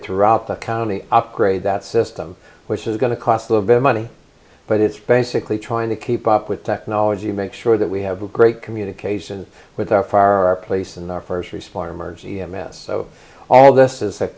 throughout the county upgrade that system which is going to cost a little bit of money but it's basically trying to keep up with technology make sure that we have a great communication with our fire our place and our first response emerge e m s all this is